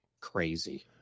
Crazy